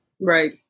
Right